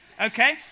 Okay